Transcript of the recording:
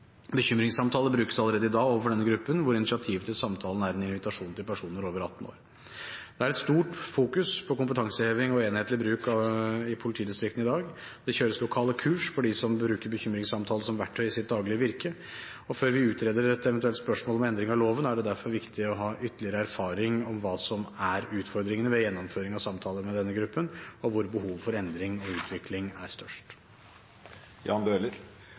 brukes allerede i dag overfor denne gruppen, hvor initiativet til samtalen er en invitasjon til personer over 18 år. Det er en sterk fokusering på kompetanseheving og enhetlig bruk i politidistriktene i dag. Det kjøres lokale kurs for dem som bruker bekymringssamtaler som verktøy i sitt daglige virke. Og før vi utreder et eventuelt spørsmål om endring av loven, er det derfor viktig å få ytterligere erfaring med hva som er utfordringene ved gjennomføringen av samtaler med denne gruppen, og med hvor behovet for endring og utvikling er størst.